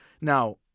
Now